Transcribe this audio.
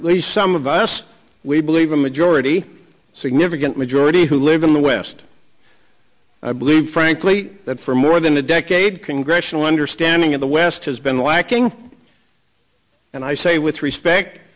at least some of us we believe a majority significant majority who live in the west i believe frankly that for more than a decade congressional understanding of the west has been lacking and i say with respect